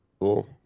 Cool